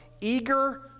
eager